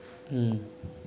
mm